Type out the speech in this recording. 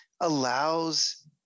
allows